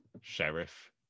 Sheriff